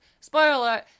spoiler